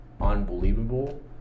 unbelievable